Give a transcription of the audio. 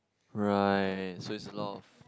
right so is a lot of